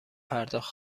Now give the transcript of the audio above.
پرداخت